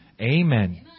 Amen